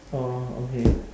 oh okay